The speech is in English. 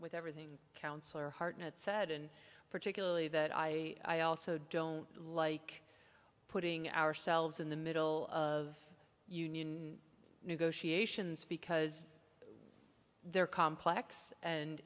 with everything counselor hartnett said and particularly that i also don't like putting ourselves in the middle of union negotiations because they're complex and